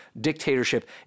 dictatorship